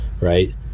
right